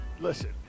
Listen